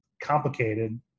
complicated